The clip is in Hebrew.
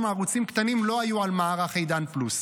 הערוצים הקטנים לא היו על מערך עידן פלוס.